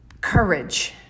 courage